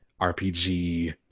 rpg